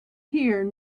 here